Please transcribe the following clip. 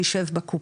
יישב בקופה,